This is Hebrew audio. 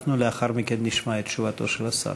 ולאחר מכן נשמע את תשובתו של השר.